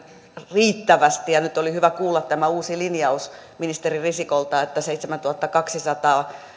riittävästi ja nyt oli hyvä kuulla tämä uusi linjaus ministeri risikolta että seitsemäntuhattakaksisataa